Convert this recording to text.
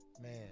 man